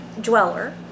dweller